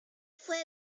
fue